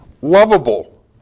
lovable